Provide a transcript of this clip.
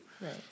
Right